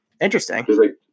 Interesting